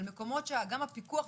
על מקומות שגם הפיקוח,